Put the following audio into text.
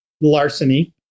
larceny